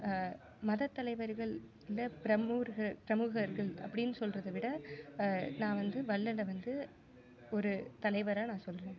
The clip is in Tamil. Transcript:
மத தலைவர்கள் இல்லிய ப்ரமுக ப்ரமுகர்கள் அப்படின்னு சொல்றதிய விட நான் வந்து வள்ளலை வந்து ஒரு தலைவராக நான் சொல்கிறேன்